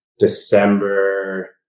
December